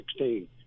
2016